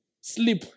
Sleep